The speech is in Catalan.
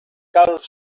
causen